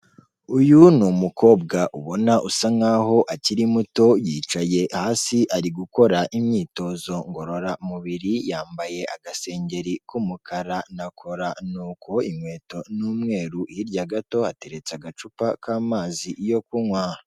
Uyu ni umukobwa ubona usa nk'aho akiri muto, yicaye hasi ari gukora imyitozo ngororamubiri, yambaye agasengeri k'umukara na kora ni uko, inkweto ni umweru, hirya gato hateretse agacupa k'amazi yo kunywa.